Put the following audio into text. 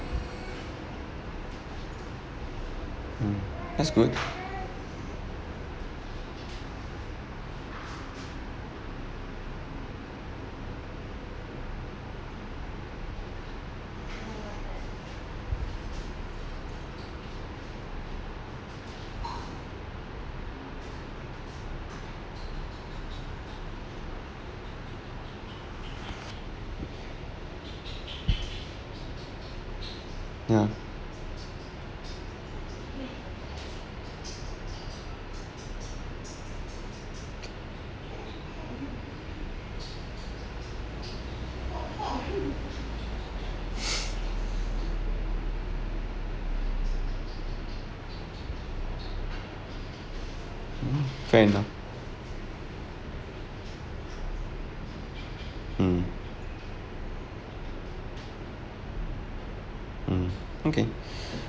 mm that's good ya mmhmm kind of mm mm okay